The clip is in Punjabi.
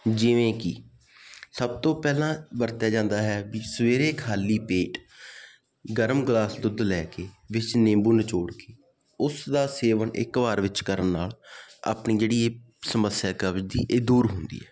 ਜਿਵੇਂ ਕਿ ਸਭ ਤੋਂ ਪਹਿਲਾਂ ਵਰਤਿਆ ਜਾਂਦਾ ਹੈ ਵੀ ਸਵੇਰੇ ਖਾਲੀ ਪੇਟ ਗਰਮ ਗਲਾਸ ਦੁੱਧ ਲੈ ਕੇ ਵਿੱਚ ਨਿੰਬੂ ਨਿਚੋੜ ਕੇ ਉਸ ਦਾ ਸੇਵਨ ਇੱਕ ਵਾਰ ਵਿਚ ਕਰਨ ਨਾਲ ਆਪਣੀ ਜਿਹੜੀ ਇਹ ਸਮੱਸਿਆ ਕਬਜ਼ ਦੀ ਇਹ ਦੂਰ ਹੁੰਦੀ ਹੈ